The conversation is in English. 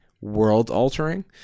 world-altering